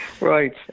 Right